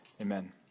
Amen